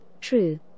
true